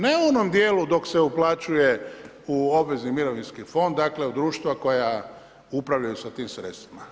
Ne o onom dijelu dok se uplaćuje u obvezni mirovinski fond, dakle u društva koja upravljaju sa tim sredstvima.